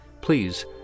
please